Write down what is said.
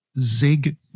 Zig